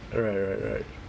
right right right